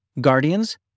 Guardians